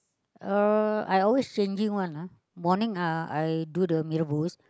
uh I always changing one lah morning uh I do the mee-Rebus